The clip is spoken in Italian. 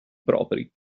propri